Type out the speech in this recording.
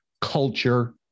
culture